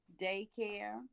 daycare